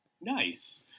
Nice